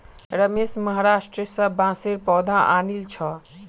रमेश महाराष्ट्र स बांसेर पौधा आनिल छ